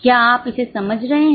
क्या आप इसे समझ रहे हैं